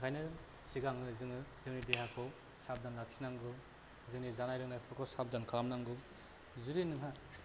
हा ओंखायनो सिगाङो जोङो जोंनि देहाखौ साबदान लाखिनांगौ जोंनि जानाय लोंनायफोरखौ साबदान खालामनांगौ जुदि नों